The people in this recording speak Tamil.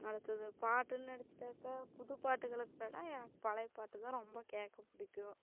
அடுத்தது பாட்டுன்னு எடுத்துகிட்டாக்கா புது பாட்டுகளுக்கு விட எனக்கு பழைய பாட்டுதான் ரொம்ப கேட்க பிடிக்கும்